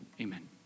amen